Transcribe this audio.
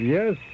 Yes